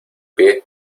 pie